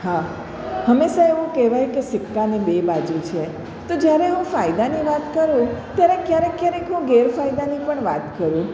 હા હંમેશા એવું કહેવાય કે સિક્કાની બે બાજુ છે તો જ્યારે હું ફાયદાની વાત કરું ત્યારે ક્યારેક ક્યારેક હું ગેરફાયદાની પણ વાત કરું